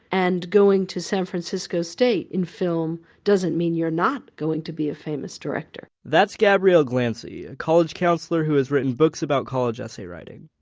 and going to san francisco state in film doesn't mean you're not going to be a famous director, said gabrielle glancy, a college counselor who has written books about college essay writing.